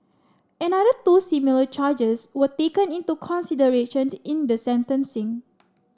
another two similar charges were taken into consideration in the sentencing